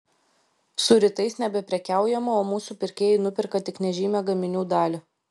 su rytais nebeprekiaujama o mūsų pirkėjai nuperka tik nežymią gaminių dalį